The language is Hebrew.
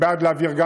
אני בעד להעביר,